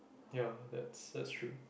ya that's that's true